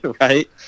Right